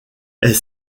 est